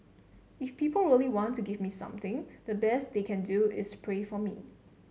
if people really want to give me something the best they can do is pray for me